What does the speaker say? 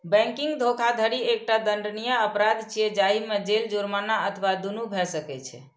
banking धोखाधड़ी एकटा दंडनीय अपराध छियै, जाहि मे जेल, जुर्माना अथवा दुनू भए सकै छै